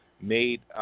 made